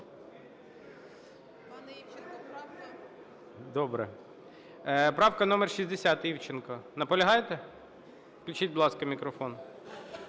Добре. Правка номер 60, Івченко. Наполягаєте? Включіть, будь ласка, мікрофон.